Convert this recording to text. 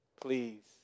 Please